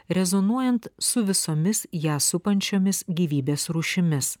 rezonuojant su visomis ją supančiomis gyvybės rūšimis